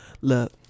Look